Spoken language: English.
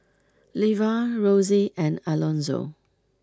Levar Rosie and Alonzo